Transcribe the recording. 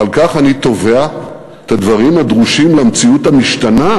ועל כן אני תובע את הדברים הדרושים למציאות המשתנה,